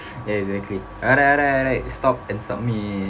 ya exactly alright alright stop and submit